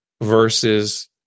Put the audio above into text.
versus